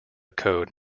code